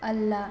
ಅಲ್ಲ